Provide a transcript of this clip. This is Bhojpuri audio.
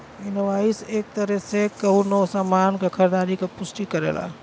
इनवॉइस एक तरे से कउनो सामान क खरीदारी क पुष्टि करेला